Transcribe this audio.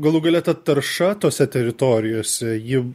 galų gale ta tarša tose teritorijose ji